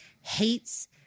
hates